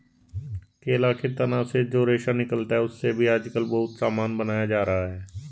केला के तना से जो रेशा निकलता है, उससे भी आजकल बहुत सामान बनाया जा रहा है